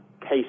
case